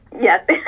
Yes